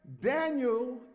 Daniel